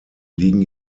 liegen